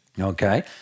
Okay